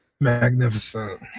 magnificent